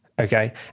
okay